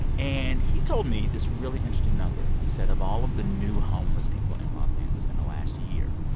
and he told me this really interesting number. he said of all of the new homeless people in los angeles in the last year,